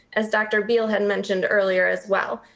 as dr. beale had mentioned earlier as well,